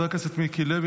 חבר הכנסת מיקי לוי,